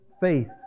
faith